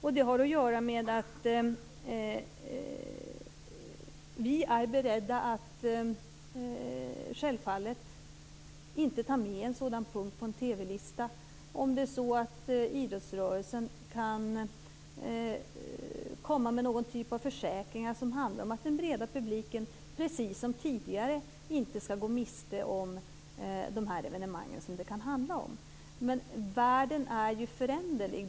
Vi är självfallet beredda att inte ta med en sådan punkt på en TV-lista om det är så att idrottsrörelsen kan komma med någon typ av försäkring om att den breda publiken, precis som tidigare, inte skall gå miste om de evenemang som det kan handla om. Men världen är ju föränderlig.